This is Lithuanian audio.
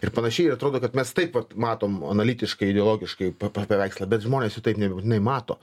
ir panašiai ir atrodo kad mes taip vat matom analitiškai ideologiškai pa pa paveikslą bet žmonės jau taip nebūtinai mato